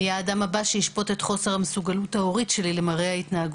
מי האדם הבא שישפוט את ההתנהגות שלי כאמא.